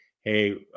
Hey